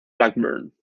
blackburn